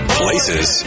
places